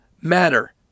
matter